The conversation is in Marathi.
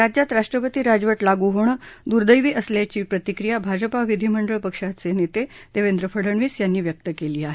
राज्यात राष्ट्रपती राजवट लागू होणं दुदँवी असल्याची प्रतिक्रिया भाजपा विधीमंडळ पक्षाचे नेते देवेंद्र फडणवीस यांनी व्यक्त केली आहे